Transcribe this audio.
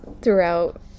throughout